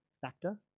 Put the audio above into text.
factor